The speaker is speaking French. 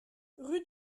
rue